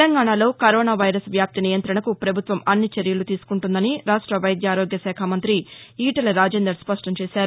తెలంగాణాలో corona virus వ్యాప్తి నియంత్రణకు ప్రభుత్వం అన్ని చర్యలు తీసుకుంటోందని రాష్ట వైద్యారోగ్యశాఖ మంగ్రి ఈటెల రాజేందర్ స్పష్టం చేశారు